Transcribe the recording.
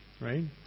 right